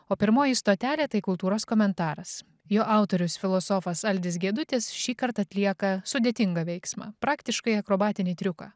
o pirmoji stotelė tai kultūros komentaras jo autorius filosofas aldis gedutis šįkart atlieka sudėtingą veiksmą praktiškai akrobatinį triuką